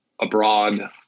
abroad